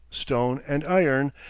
stone, and iron,